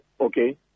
Okay